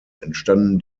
entstanden